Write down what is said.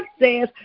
says